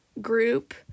group